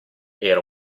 era